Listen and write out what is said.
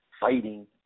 fighting